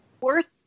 worth